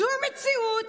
זאת המציאות,